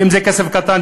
ואם זה כסף קטן,